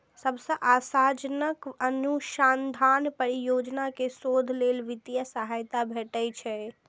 सबसं आशाजनक अनुसंधान परियोजना कें शोध लेल वित्तीय सहायता भेटै छै